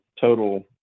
total